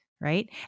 Right